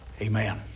Amen